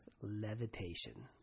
levitation